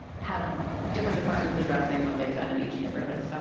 have different departments addressing what they have done in each neighborhoods. so